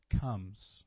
comes